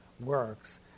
works